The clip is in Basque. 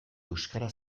euskara